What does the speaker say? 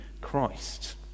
Christ